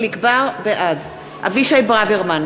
בעד אבישי ברוורמן,